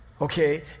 Okay